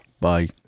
Bye